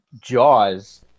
Jaws